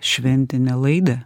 šventinę laidą